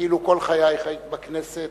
כאילו כל חייך היית בכנסת,